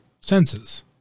senses